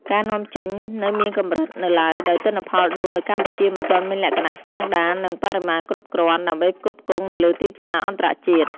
ការនាំចេញនៅមានកម្រិតនៅឡើយ ដោយទិន្នផលដូងនៅកម្ពុជាមិនទាន់មានលក្ខណៈស្តង់ដារ និងបរិមាណគ្រប់គ្រាន់ ដើម្បីផ្គត់ផ្គង់នៅលើទីផ្សារអន្តរជាតិ។